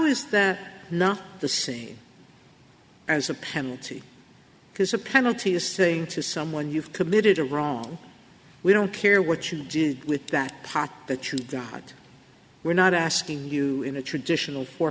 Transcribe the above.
is that not the same as a penalty because a penalty is saying to someone you've committed a wrong we don't care what you did with that pot that you got we're not asking you in a traditional fo